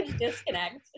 disconnect